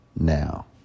now